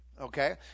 okay